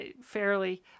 fairly